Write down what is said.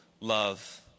love